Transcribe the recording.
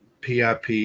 PIP